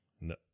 No